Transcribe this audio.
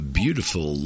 beautiful